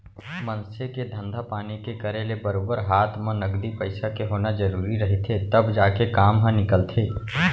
मनसे के धंधा पानी के करे ले बरोबर हात म नगदी पइसा के होना जरुरी रहिथे तब जाके काम ह निकलथे